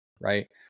Right